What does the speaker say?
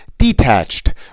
detached